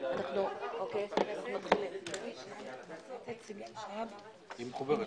אני שמחה לפתוח את ישיבת ועדת הפנים והגנת הסביבה